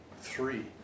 Three